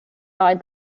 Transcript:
died